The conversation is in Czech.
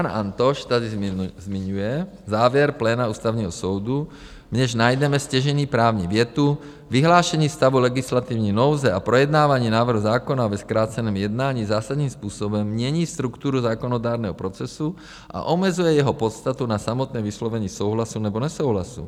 Pan Antoš tady zmiňuje závěr pléna Ústavního soudu, v němž najdeme stěžejní právní větu: Vyhlášení stavu legislativní nouze a projednávání návrhu zákona ve zkráceném jednání zásadním způsobem mění strukturu zákonodárného procesu a omezuje jeho podstatu na samotné vyslovení souhlasu nebo nesouhlasu.